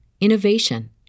innovation